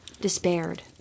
despaired